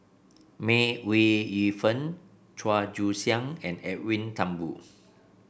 May Ooi Yu Fen Chua Joon Siang and Edwin Thumboo